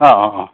अ अ अ